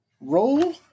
Roll